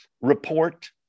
report